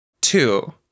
Two